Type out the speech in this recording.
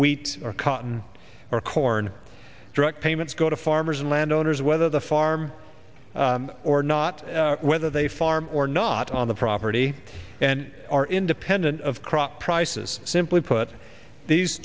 wheat or cotton or corn direct payments go to farmers and landowners whether the farm or not whether they farm or not on the property and are independent of crop prices simply put these